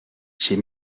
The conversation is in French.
j’ai